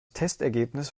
testergebnis